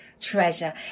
treasure